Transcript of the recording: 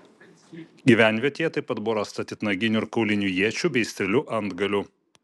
gyvenvietėje taip pat buvo rasta titnaginių ir kaulinių iečių bei strėlių antgalių